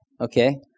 Okay